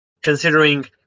considering